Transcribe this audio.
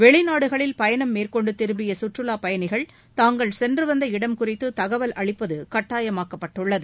வெளிநாடுகளில் பயணம் மேற்கொண்டு திரும்பிய சுற்றுலா பயணிகள் தாங்கள் சென்று வந்த இடம் குறித்து தகவல் அளிப்பது கட்டாயமாக்கப்பட்டுள்ளது